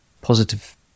positive